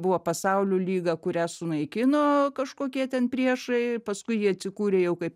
buvo pasaulių lyga kurią sunaikino kažkokie ten priešai paskui jie atsikūrė jau kaip